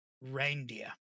reindeer